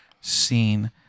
seen